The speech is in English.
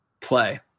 play